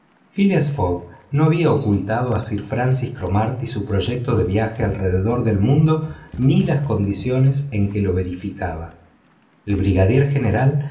no había ocultado a sir francis cromarty su proyecto de viaje alrededor del mundo ni las condiciones en que lo verificaba el brigadier general